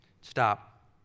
Stop